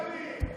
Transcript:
תן לנו להבין.